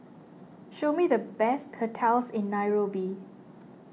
show me the best hotels in Nairobi